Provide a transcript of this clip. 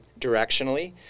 directionally